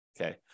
okay